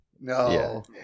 No